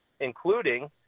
including